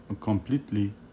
completely